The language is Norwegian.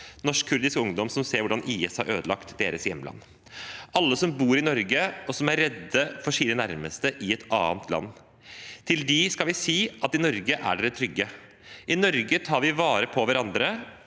norskkurdisk ungdom som ser hvordan IS har ødelagt deres hjemland. Til alle som bor i Norge og som er redde for sine nærmeste i et annet land, skal vi si: I Norge er dere trygge, i Norge tar vi vare på hverandre,